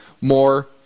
more